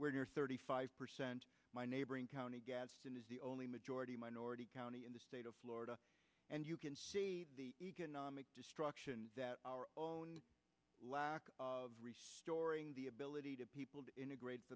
where near thirty five percent my neighboring county gaston is the only majority minority county in the state of florida and you can see the economic destruction that our own lack of storing the ability to people to integrate